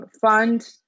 fund